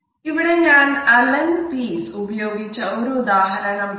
ഇവിടെ ഞാൻ അലൻ പീസ് ഉപയോഗിച്ച ഒരു ഉദാഹരണം പറയാം